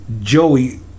Joey